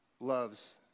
Loves